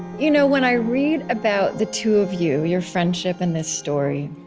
you know when i read about the two of you, your friendship and this story,